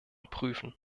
prüfen